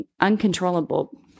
uncontrollable